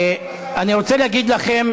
אני רוצה להגיד לכם,